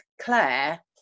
Claire